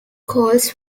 coles